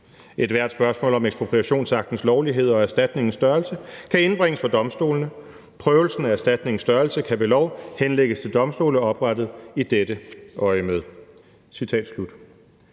Ethvert spørgsmål om ekspropriationsaktens lovlighed og erstatningens størrelse kan indbringes for domstolene. Prøvelsen af erstatningens størrelse kan ved lov henlægges til domstole oprettet i dette øjemed.